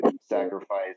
sacrifice